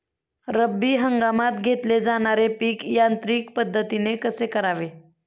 रब्बी हंगामात घेतले जाणारे पीक यांत्रिक पद्धतीने कसे करावे?